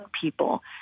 people